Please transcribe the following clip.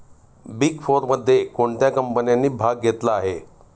Big फोरमध्ये कोणत्या कंपन्यांनी भाग घेतला आहे?